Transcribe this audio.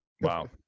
Wow